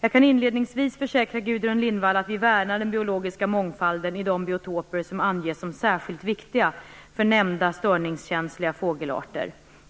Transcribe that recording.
Jag kan inledningsvis försäkra Gudrun Lindvall att vi värnar den biologiska mångfalden i de biotoper som anges som särskilt viktiga för nämnda störningskänsliga fågelarter.